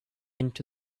into